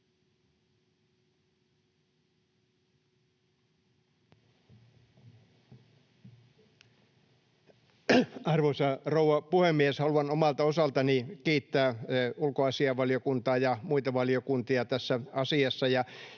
Arvoisa rouva puhemies! Haluan omalta osaltani kiittää ulkoasiainvaliokuntaa ja muita valiokuntia tässä asiassa.